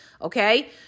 okay